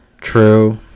true